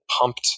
pumped